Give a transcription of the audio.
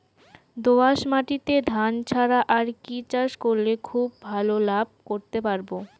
দোয়াস মাটিতে ধান ছাড়া আর কি চাষ করলে খুব ভাল লাভ করতে পারব?